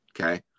Okay